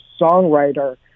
songwriter